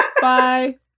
Bye